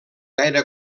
gaire